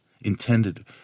intended